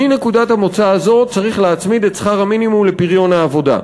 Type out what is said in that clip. מנקודת המוצא הזאת צריך להצמיד את שכר המינימום לפריון העבודה.